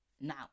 Now